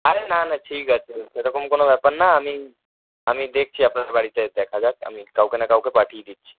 আরে না না ঠিক আছে সেরকম কোনও ব্যাপার না আমি আমি দেখছি আপনার বাড়িতে দেখা যাক আমি কাউকে না কাউকে পাঠিয়ে দিচ্ছি